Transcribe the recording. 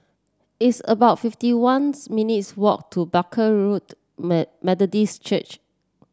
it's about fifty one minutes' walk to Barker Road Made Methodist Church